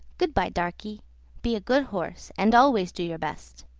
good-by, darkie be a good horse, and always do your best.